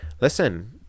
listen